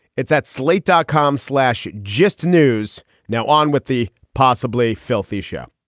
it's at slate dot com slash just. news now on with the possibly filthy shep